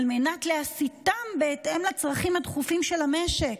על מנת להסיטם בהתאם לצרכים הדחופים של המשק.